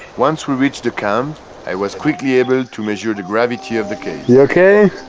once we reached the camp i was quickly able to measure the gravity of the case you're okay?